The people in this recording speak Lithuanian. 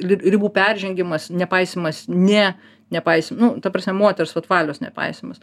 ri ribų peržengimas nepaisymas ne nepaisy nu ta prasme moters vat valios nepaisymas